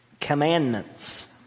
commandments